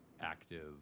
active